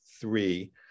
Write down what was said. three